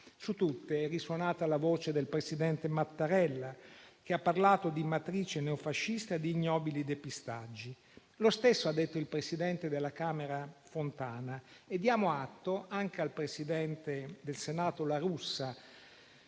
Su tutte è risuonata la voce del presidente Mattarella, che ha parlato di matrice neofascista e di ignobili depistaggi. Lo stesso ha detto il presidente della Camera Fontana e anche al presidente del Senato La Russa